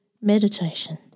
meditation